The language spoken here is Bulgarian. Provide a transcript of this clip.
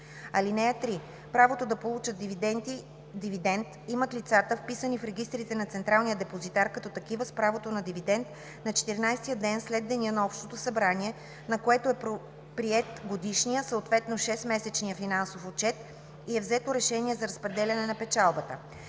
година. (3) Правото да получат дивидент имат лицата, вписани в регистрите на Централния депозитар като такива с право на дивидент на 14-ия ден след деня на общото събрание, на което е приет годишният, съответно 6-месечният финансов отчет и е взето решение за разпределение на печалбата.